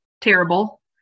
terrible